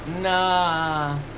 Nah